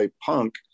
punk